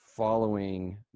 Following